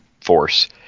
force